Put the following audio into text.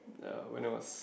uh when I was